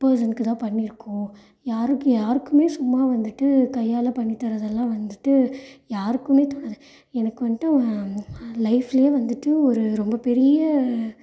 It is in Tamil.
பர்சனுக்கு தான் பண்ணிருக்கோம் யாரும் யாருக்கும் சும்மா வந்துட்டு கையால் பண்ணி தரதெல்லாம் வந்துட்டு யாருக்கும் தோணாது எனக்கு வந்துட்டு லைஃபில் வந்துட்டு ஒரு ரொம்ப பெரிய